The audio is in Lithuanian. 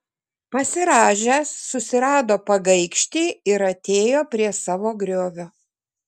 pasirąžęs susirado pagaikštį ir atėjo prie savo griovio